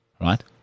Right